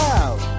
out